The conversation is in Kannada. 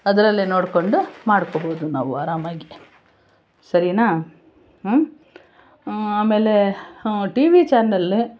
ಅದರಲ್ಲೇ ನೋಡಿಕೊಂಡು ಮಾಡ್ಕೋಬೋದು ನಾವು ಆರಾಮಾಗಿ ಸರಿನಾ ಹ್ಞೂ ಆಮೇಲೆ ಟಿ ವಿ ಚಾನಲ